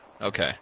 Okay